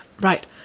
Right